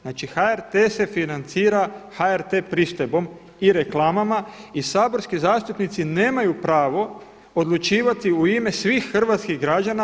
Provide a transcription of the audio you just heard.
Znači, HRT se financira HRT pristojbom i reklamama i saborski zastupnici nemaju pravo odlučivati u ime svih hrvatskih građana.